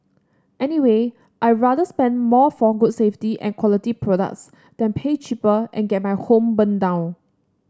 anyway I'd rather spend more for good safety and quality products than pay cheaper and get my home burnt down